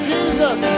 Jesus